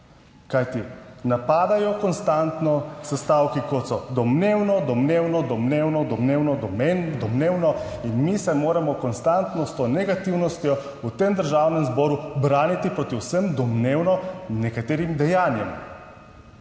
Kajti napadajo konstantno s stavki kot so domnevno, domnevno domnevno, domnevno, domnevno in mi se moramo konstantno s to negativnostjo v tem Državnem zboru braniti proti vsem domnevno nekaterim dejanjem.